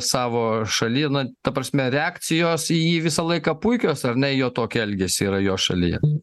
savo šaly na ta prasme reakcijos į jį visą laiką puikios ar ne į jo tokį elgesį yra jo šalyje